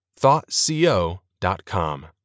ThoughtCO.com